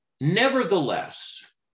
nevertheless